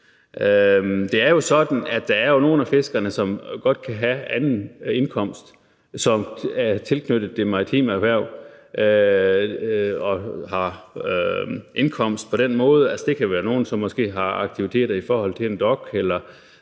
Det er jo sådan, at der er nogle af fiskerne, som godt kan have anden indkomst, som er tilknyttet det maritime erhverv. Der kan f.eks. være nogle, som måske har aktiviteter ved en dok,